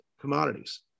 commodities